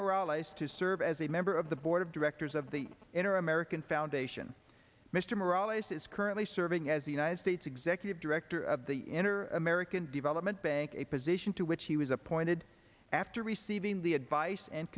moralize to serve as a member of the board of directors of the inner american foundation mr morale is currently serving as the united states executive director of the inner american development bank a position to which he was appointed after receiving the advice and